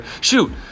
Shoot